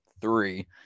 three